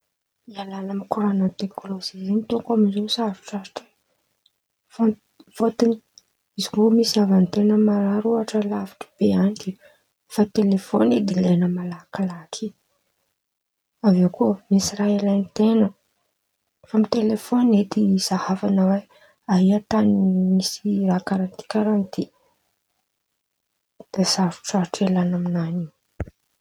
Ialan̈a amy koran̈a tekonolôzy io dônko amiziô sarotsarotra e! Fa fôtiny izikoa misy havan-ten̈a marary ôhatra lavitry be an̈y ke fa telafôny edy ilain̈a malakilaky. Avy eo koa misy raha ilaiten̈a efa amy telefôny edy izahavan̈a oe aia tan̈y misy raha karàha ty karàha ty, de sarotrarotro lalan̈a amin̈any io.